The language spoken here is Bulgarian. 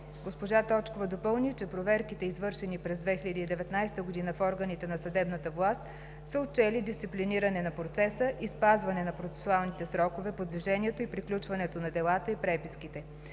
Госпожа Точкова допълни, че проверките, извършени през 2019 г. в органите на съдебната власт, са отчели дисциплиниране на процеса и спазване на процесуалните срокове по движението и приключването на делата и преписките.